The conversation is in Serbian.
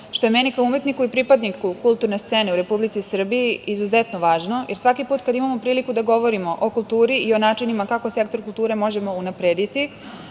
što je meni kao umetniku i pripadniku kulturne scene u Republici Srbiji izuzetno važno, jer svaki put kada imamo priliku da govorimo o kulturi i o načinima kako sektor kulture možemo unaprediti